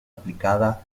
aplicada